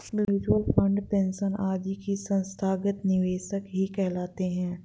mutual fund, pension आदि भी संस्थागत निवेशक ही कहलाते हैं